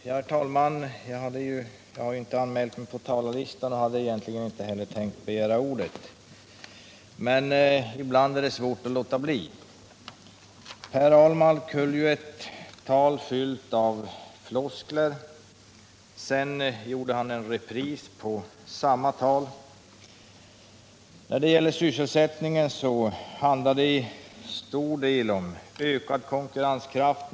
Herr talman! Jag har inte anmält mig på talarlistan och hade egentligen inte tänkt begära ordet. Men ibland är det svårt att låta bli. Per Ahlmark höll ett tal fyllt av floskler. Sedan tog han repris på samma tal. När det gäller sysselsättningen handlar det till stor del om fraser om ”ökad konkurrenskraft”.